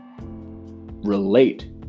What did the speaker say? relate